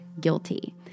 guilty